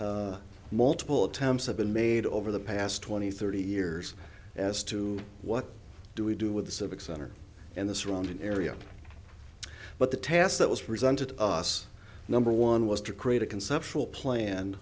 that multiple attempts have been made over the past twenty thirty years as to what do we do with the civic center and the surrounding area but the task that was presented to us number one was to create a conceptual plan